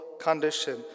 condition